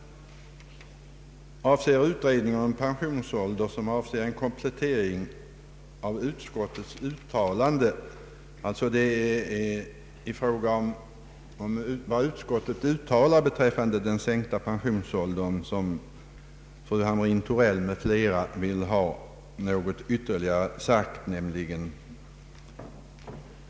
Ang. vidgad förtidspensionering, m.m. pensionerade i samband med en allmän sänkning av pensionsåldern. Fru Hamrin-Thorell m.fl. reservanter vill ha sagt något ytterligare utöver utskottets uttalande.